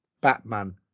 Batman